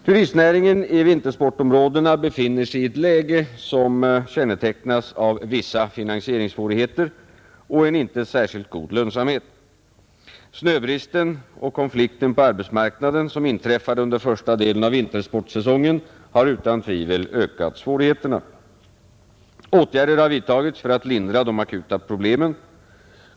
Turistnäringen i vintersportområdena befinner sig i ett läge som kännetecknas av vissa finansieringssvårigheter och en inte särskilt god lönsamhet. Snöbristen och konflikten på arbetsmarknaden som inträffade under första delen av vintersportsäsongen har utan tvivel ökat svårigheterna. Åtgärder har vidtagits för att lindra de akuta problemen.